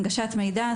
הנגשת מידע,